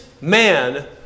man